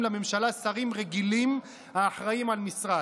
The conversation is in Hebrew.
לממשלה שרים רגילים האחראים למשרד.